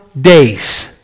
days